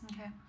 Okay